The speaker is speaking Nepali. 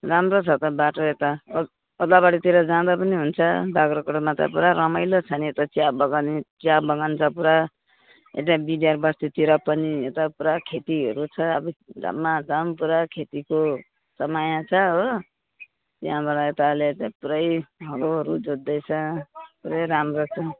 राम्रो छ त बाटो यता ओद् ओद्लाबारीतिर जाँदा पनि हुन्छ बाग्राकोटमा त पुरा रमाइलो छ नि यता चियाबगान चियाबगान छ पुरा यता विद्याबासुतिर पनि यता पुरा खेतीहरू छ अब धमाधम पुरा खेतीको समय छ हो त्यहाँबाट यता अहिले चाहिँ पुरै गोरुहरू जोत्दैछ पुरै राम्रो छ